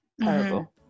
terrible